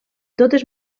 totes